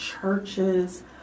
churches